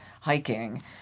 hiking